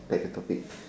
back to topic